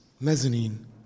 mezzanine